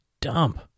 dump